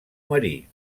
marí